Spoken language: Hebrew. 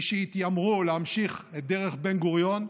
מי שהתיימרו להמשיך את דרך בן-גוריון,